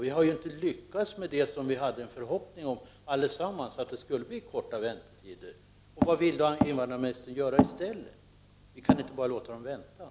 Vi hade ju alla förhoppningen om kortare väntetider. Men vi har inte lyckats med det. Vad vill invandrarministern göra i stället? Vi kan inte bara låta människor vänta!